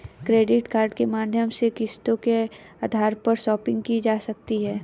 credit card के माध्यम से किस्तों के आधार पर शापिंग की जा सकती है